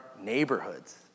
neighborhoods